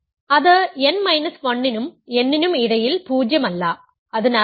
അത് n minus 1 നും n നും ഇടയിൽ 0 അല്ല അതിനർത്ഥം